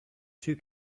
two